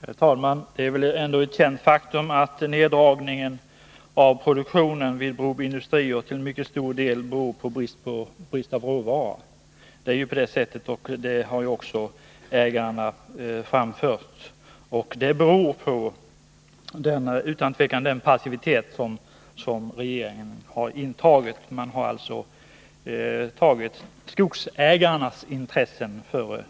Herr talman! Det är ändå ett känt faktum att neddragningen av produktionen vid Broby industrier till mycket stor del beror på brist på råvaror. Att det är på det sättet har också ägarna framfört. Den uppkomna situationen beror utan tvivel på regeringens passivitet. Man har alltså i det fallet satt skogsägarnas intressen före